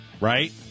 Right